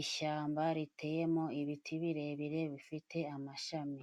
ishyamba riteyemo ibiti birebire, bifite amashami.